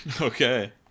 Okay